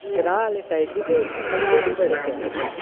ग्रां आह्ले साइड दी तां उत्थै मंडे बी बड़े फेमस न